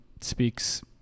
speaks